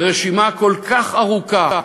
ורשימה כל כך ארוכה,